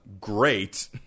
great